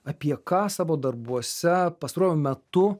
apie ką savo darbuose pastaruoju metu